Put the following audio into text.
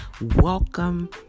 Welcome